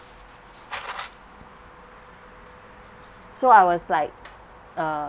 so I was like uh